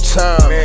time